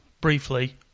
briefly